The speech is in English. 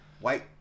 White